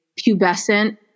pubescent